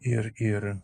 ir ir